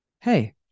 Hey